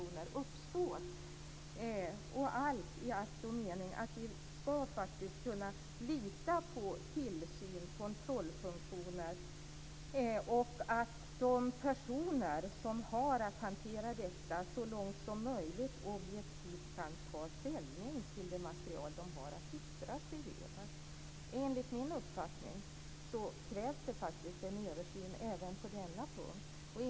Allt i akt och mening att vi faktiskt ska kunna lita på tillsyns och kontrollfunktionen och att de personer som har att hantera detta så långt som möjligt objektivt kan ta ställning till det material de har att yttra sig över. Enligt min uppfattning krävs det faktiskt en översyn även på denna punkt.